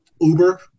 Uber